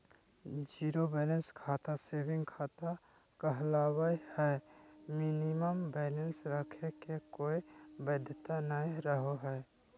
zero balance खाता saving खाता कहलावय हय मिनिमम बैलेंस रखे के कोय बाध्यता नय रहो हय